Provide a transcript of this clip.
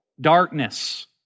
darkness